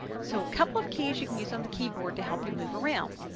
so a couple of keys you can use on the keyboard to help you move around.